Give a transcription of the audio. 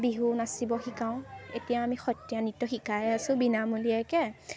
বিহু নাচিব শিকাওঁ এতিয়া আমি সত্ৰীয়া নৃত্য শিকাই আছোঁ বিনামূলীয়াকৈ